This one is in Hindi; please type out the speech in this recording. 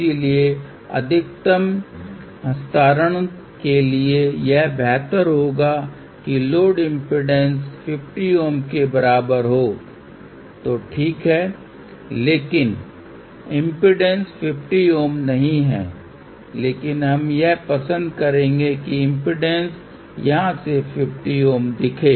इसलिए अधिकतम हस्तांतरण के लिए यह बेहतर होगा कि लोड इम्पीडेन्स 50 Ω के बराबर हो तो ठीक है लेकिन लोड इम्पीडेन्स 50 Ω नहीं है लेकिन हम यह पसंद करेंगे कि इम्पीडेन्स यहां से 50 Ω दिखे